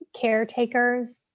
caretakers